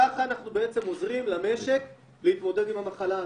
ככה אנחנו עוזרים למשק להתמודד עם המחלה הזאת.